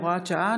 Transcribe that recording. הוראת שעה,